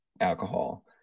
alcohol